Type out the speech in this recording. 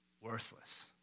worthless